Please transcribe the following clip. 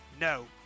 No